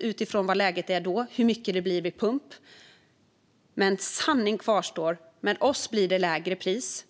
utifrån läget räkna ut hur mycket det blir vid pump. Sanningen kvarstår: Med oss blir det lägre pris.